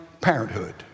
Parenthood